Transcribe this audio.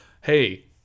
hey